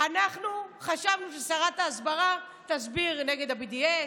אנחנו חשבנו ששרת ההסברה תסביר נגד ה-BDS,